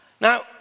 Now